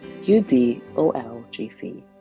UDOLGC